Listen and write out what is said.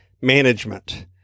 management